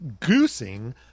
goosing